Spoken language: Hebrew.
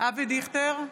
אבי דיכטר,